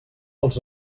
els